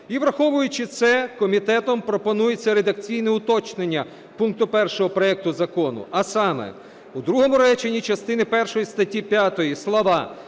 І враховуючи це, комітетом пропонуються редакційні уточнення пункту 1 проекту закону. А саме: "В другому реченні частини першої статті 5 слова